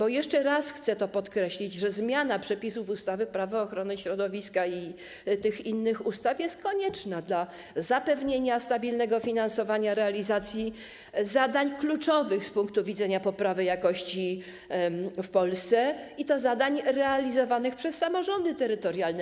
Chcę jeszcze raz podkreślić, że zmiana przepisów ustawy - Prawo ochrony środowiska i tych innych ustaw jest konieczna do zapewnienia stabilnego finansowania realizacji zadań kluczowych z punktu widzenia poprawy jakości powietrza w Polsce, i to zadań realizowanych przez samorządy terytorialne.